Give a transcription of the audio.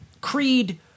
creed